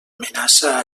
amenaça